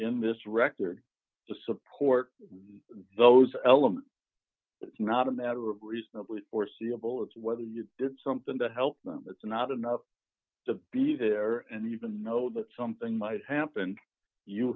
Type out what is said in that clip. in this record to support those elements it's not a matter of reasonably foreseeable it's whether you did something to help them that's not enough to be there d and even know that something might happen you